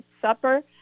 supper